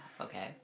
Okay